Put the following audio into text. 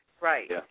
right